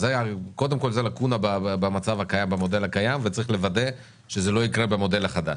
אז קודם כל זה לאקונה במודל הקיים וצריך לוודא שזה לא יקרה במודל החדש.